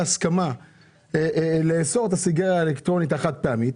שבהסכמה נאסור את הסיגריה האלקטרונית החד פעמית.